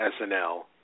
SNL